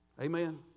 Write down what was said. Amen